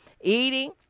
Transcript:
Eating